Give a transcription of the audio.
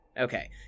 Okay